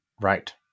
Right